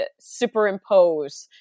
superimpose